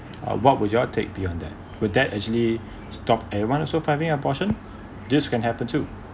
what would you all take beyond that will that actually stop everyone also finding abortion this can happen too